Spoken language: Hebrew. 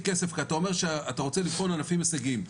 כסף כי אתה אומר שאתה רוצה לבחון ענפים הישגיים,